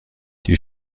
die